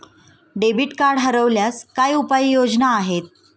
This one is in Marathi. डेबिट कार्ड हरवल्यास काय उपाय योजना आहेत?